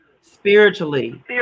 spiritually